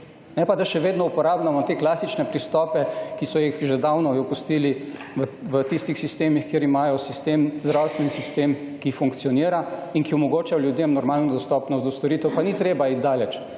ne pa da še vedno uporabljamo te klasične pristope, ki so jih že davno opustili v tistih sistemih, kjer imajo sistem zdravstveni, ki funkcionira in ki omogoča ljudem normalno dostopnost do storitev. Pa ni treba iti daleč,